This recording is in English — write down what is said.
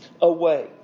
away